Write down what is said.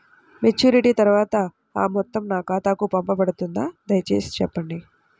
Maturity తర్వాత ఆ మొత్తం నా ఖాతాకు పంపబడుతుందా? దయచేసి చెప్పండి?